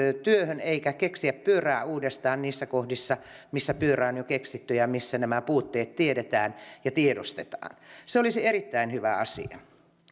työhön eikä keksiä pyörää uudestaan niissä kohdissa missä pyörä on jo keksitty ja missä nämä puutteet tiedetään ja tiedostetaan se olisi erittäin hyvä asia